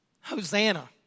Hosanna